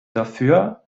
dafür